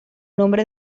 nombre